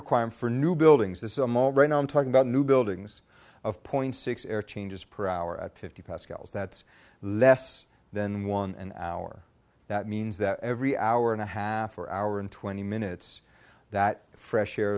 requirement for new buildings as i'm all right now i'm talking about new buildings of point six changes per hour at fifty pascals that's less than one an hour that means that every hour and a half or hour and twenty minutes that fresh air